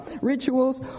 rituals